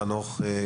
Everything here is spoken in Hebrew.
חנוך,